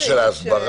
גם של ההסברה?